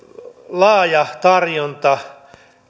laaja tarjonta